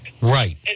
Right